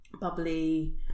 bubbly